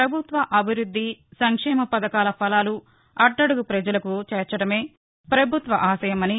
ప్రభుత్వ అభివృద్ది సంక్షేమ పథకాల ఫలాలు అట్టడుగు ప్రజలకు చేర్చటమే ప్రభుత్వ ఆశయమని